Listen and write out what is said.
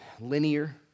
linear